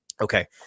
Okay